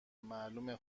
معلومه